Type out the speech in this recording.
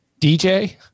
DJ